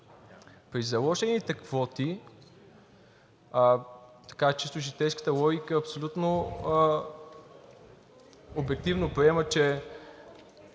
При заложената квота, чисто житейската логика абсолютно обективно приема, че